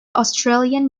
australian